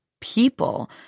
people